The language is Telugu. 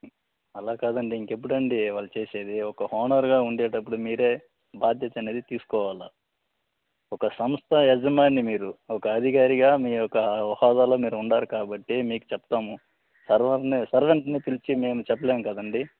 అలా కాదండి ఇంకెప్పుడండి వాళ్ళు చేసేది ఒక ఓనర్గా ఉండేటప్పుడు మీరే బాధ్యత అనేది తీసుకోవాలి ఒక సంస్థ యజమాని మీరు ఒక అధికారిగా మీ యొక్క హోదాలో మీరు ఉండాలి కాబట్టి మీకు చెప్తాము సర్వర్ని సర్వెంట్ని పిలిచి మేము చెప్పలేం కదండి